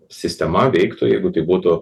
sistema veiktų jeigu tai būtų